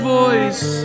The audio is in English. voice